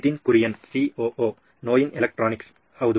Nitin Kurian COO ನೋಯಿನ್ electronics ಹೌದು